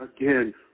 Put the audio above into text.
again